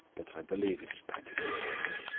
but i believe it is practically settled.